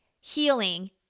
healing